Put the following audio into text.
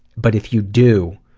but if you do,